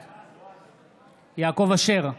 בעד יעקב אשר,